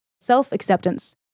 Self-acceptance